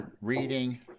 reading